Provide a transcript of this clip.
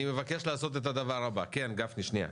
אני מבקש לעשות את הדבר הבא, גפני, שנייה,